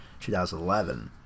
2011